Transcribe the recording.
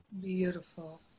beautiful